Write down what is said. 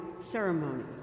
ceremony